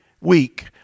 week